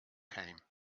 came